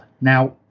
Now